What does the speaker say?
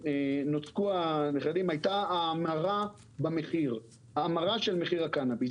הייתה האמרה של מחיר הקנביס.